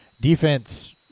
Defense